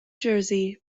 jersey